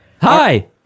Hi